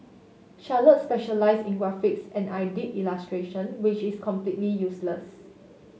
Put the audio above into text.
Charlotte specialise in graphics and I did illustration which is completely useless